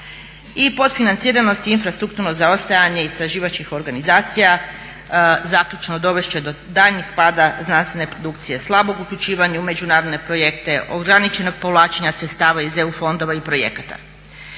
I potfinaciranost i infrastrukturno zaostajanje istraživačkih organizacija zaključno dovest će do daljnjeg pada znanstvene produkcije slabog uključivanja u međunarodne projekte, ograničenog povlačenja sredstava iz EU fondova i projekata.